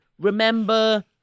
Remember